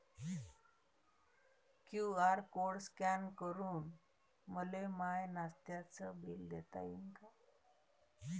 QR code scan करून मले माय नास्त्याच बिल देता येईन का?